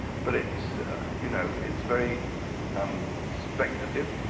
but it's you know it's very um speculative.